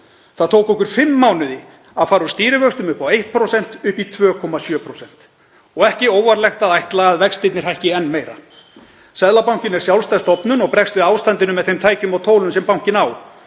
Það tók okkur fimm mánuði að fara úr stýrivöxtum upp á 1% og í 2,7% og ekki er óvarlegt að ætla að vextirnir hækki enn meira. Seðlabankinn er sjálfstæð stofnun og bregst við ástandinu með þeim tækjum og tólum sem bankinn á.